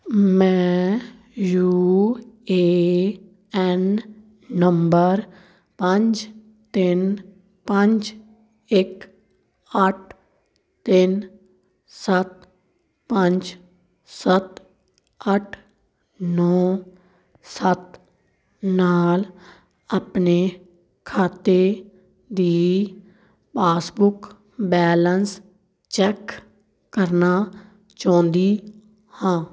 ਮੈਂ U A N ਨੰਬਰ ਪੰਜ ਤਿੰਨ ਪੰਜ ਇੱਕ ਅੱਠ ਤਿੰਨ ਸੱਤ ਪੰਜ ਸੱਤ ਅੱਠ ਨੌਂ ਸੱਤ ਨਾਲ ਆਪਣੇ ਖਾਤੇ ਦੀ ਪਾਸਬੁੱਕ ਬੈਲੇਂਸ ਚੈੱਕ ਕਰਨਾ ਚਾਹੁੰਦੀ ਹਾਂ